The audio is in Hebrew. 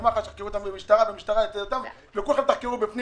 ומח"ש יחקרו את המשטרה וכולם יחקרו בפנים